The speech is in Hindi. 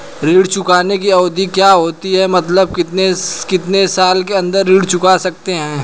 ऋण चुकाने की अवधि क्या होती है मतलब कितने साल के अंदर ऋण चुका सकते हैं?